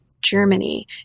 Germany